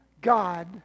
God